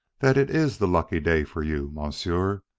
that it is the lucky day for you, monsieur.